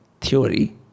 theory